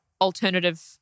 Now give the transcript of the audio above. alternative